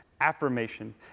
affirmation